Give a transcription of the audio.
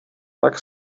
tak